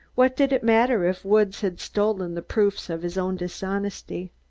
what did it matter if woods had stolen the proofs of his own dishonesty.